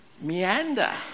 meander